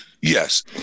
Yes